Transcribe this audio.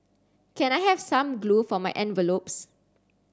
can I have some glue for my envelopes